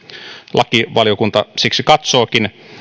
lakivaliokunta katsookin siksi